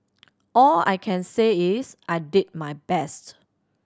all I can say is I did my best